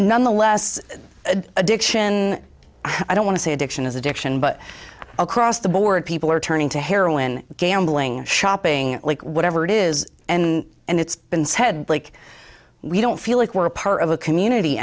nonetheless addiction i don't want to say addiction is addiction but across the board people are turning to heroin gambling shopping like whatever it is and and it's been said like we don't feel like we're part of a community